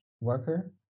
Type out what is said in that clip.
worker